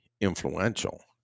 influential